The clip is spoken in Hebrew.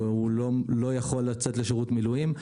שהוא לא יכול לצאת לשירות מילואים,